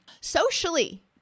Socially